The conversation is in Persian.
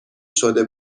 شده